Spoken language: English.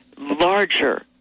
larger